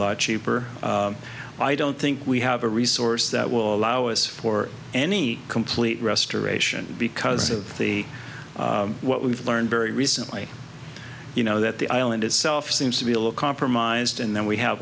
lot cheaper i don't think we have a resource that will allow us for any complete restoration because of the what we've learned very recently you know that the island itself seems to be a low compromised and then we have